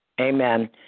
Amen